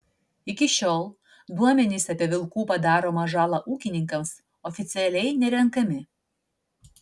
iki šiol duomenys apie vilkų padaromą žalą ūkininkams oficialiai nerenkami